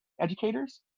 educators